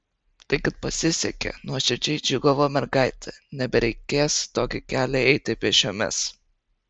tai kad pasisekė nuoširdžiai džiūgavo mergaitė nebereikės tokį kelią eiti pėsčiomis